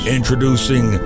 Introducing